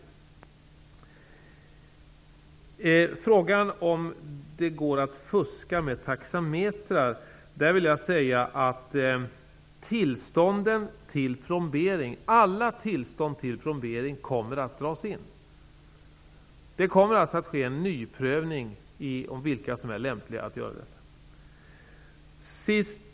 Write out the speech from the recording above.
På frågan om huruvida det går att fuska med taxametrar vill jag svara att alla tillstånd till plombering kommer att dras in. Det kommer att ske en nyprövning av vilka som är lämpliga att plombera. Herr talman!